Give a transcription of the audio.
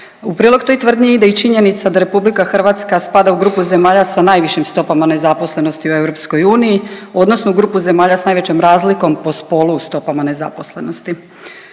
U prilog toj tvrdnji ide i činjenica da RH spada u grupu zemalja sa najvišim stopama nezaposlenosti u EU odnosno grupu zemalja s najvećom razlikom po spolu u stopama nezaposlenosti.